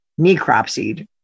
necropsied